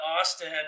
Austin